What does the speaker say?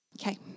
Okay